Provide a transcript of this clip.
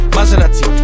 Maserati